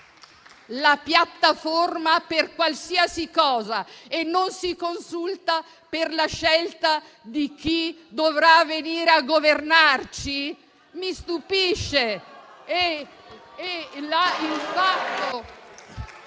la piattaforma per qualsiasi cosa e non si consulta per la scelta di chi dovrà venire a governarci? Mi stupisce!